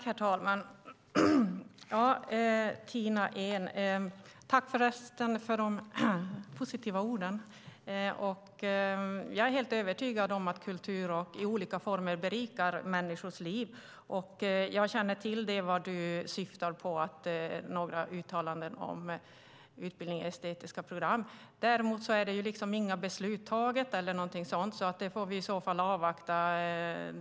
Herr talman! Tack för de positiva orden, Tina Ehn! Jag är helt övertygad om att kultur i olika former berikar människors liv. Jag känner till vad du syftar på, och det är några uttalanden om utbildning i estetiska program. Däremot är inget beslut taget eller någonting sådant, så det får vi i så fall avvakta.